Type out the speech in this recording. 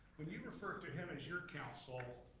when you refer to him as your counsel,